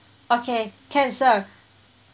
okay can sir